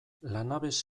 lanabes